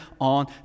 on